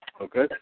Okay